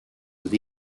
with